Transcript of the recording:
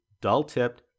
dull-tipped